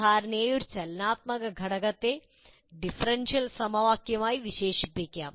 സാധാരണയായി ഒരു ചലനാത്മക ഘടകത്തെ ഡിഫറൻഷ്യൽ സമവാക്യമായി വിശേഷിപ്പിക്കാം